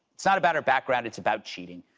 it's not about her background. it's about cheating.